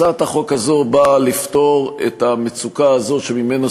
הצעת החוק הזו באה לפתור את המצוקה הזו שממנה